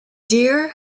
dear